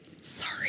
sorry